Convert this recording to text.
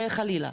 וחלילה,